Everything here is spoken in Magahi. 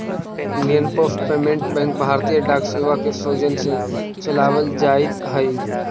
इंडियन पोस्ट पेमेंट बैंक भारतीय डाक सेवा के सौजन्य से चलावल जाइत हइ